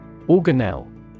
Organelle